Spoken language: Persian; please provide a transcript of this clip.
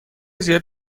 زیاد